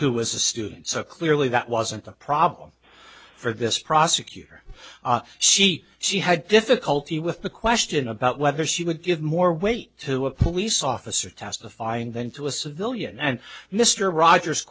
who was a student so clearly that wasn't a problem for this prosecutor she she had difficulty with the question about whether she would give more weight to a police officer testifying than to a civilian and mr rogers